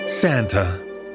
Santa